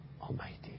Almighty